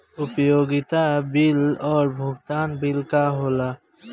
उपयोगिता बिल और भुगतान बिल का होला?